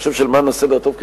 אני חושב שלמען הסדר הטוב,